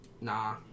Nah